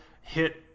hit